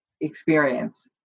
experience